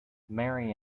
marry